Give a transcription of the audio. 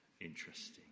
interesting